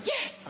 Yes